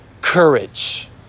courage